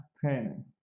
training